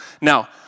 Now